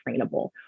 trainable